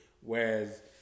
Whereas